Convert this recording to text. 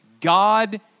God